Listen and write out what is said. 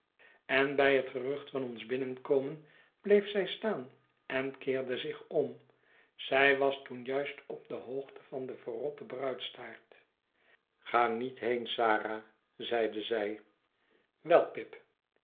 en bij het gerucht van ons binnenkomen bleef zij staan en keerde zich om zij was toen juist op de hoogte van de verrotte bruidstaart ga niet heen sarah zeide zij wei pip